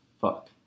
fuck